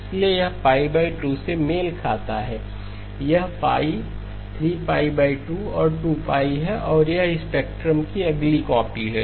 इसलिए यह 2 से मेल खाता है यह π 32 और 2 π है और यह स्पेक्ट्रम की अगली कॉपी है